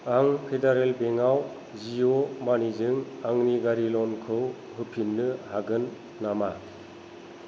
आं फेडारेल बेंकवाव जिअ' मानिजों आंनि गारि लनखौ होफिन्नो हागोन नामा